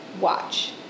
watch